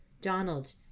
Donald